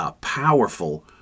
powerful